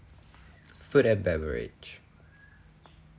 food and beverage